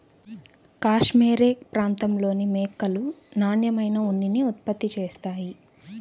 cashmere ప్రాంతంలోని మేకలు నాణ్యమైన ఉన్నిని ఉత్పత్తి చేస్తాయి